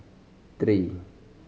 three